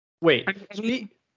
Wait